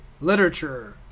Literature